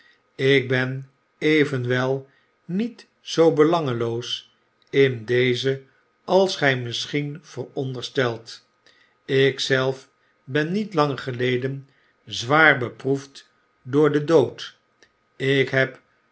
ik ben evenwel niet zoo belangeloos in deze als gy misschien veronderstelt ik zelf ben niet lang geleden zwaar beproefd door den dood ik heb